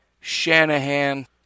Shanahan